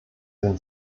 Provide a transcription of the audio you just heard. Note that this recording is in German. sind